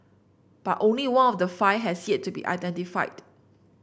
but only one of the five has yet to be identified